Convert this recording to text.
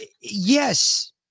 yes